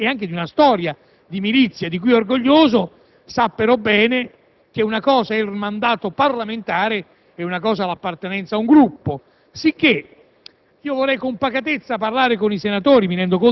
chi, come me, è espressione di una forza politica e ha anche una storia di militanza di cui è orgoglioso, sa bene che una cosa è il mandato parlamentare e una cosa l'appartenenza ad un Gruppo.